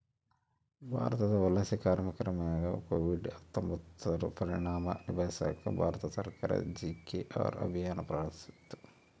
ಭಾರತದ ವಲಸೆ ಕಾರ್ಮಿಕರ ಮ್ಯಾಗ ಕೋವಿಡ್ ಹತ್ತೊಂಬತ್ತುರ ಪರಿಣಾಮ ನಿಭಾಯಿಸಾಕ ಭಾರತ ಸರ್ಕಾರ ಜಿ.ಕೆ.ಆರ್ ಅಭಿಯಾನ್ ಪ್ರಾರಂಭಿಸಿತು